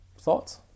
Thoughts